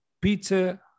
Peter